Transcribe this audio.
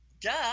duh